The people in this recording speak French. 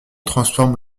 transforme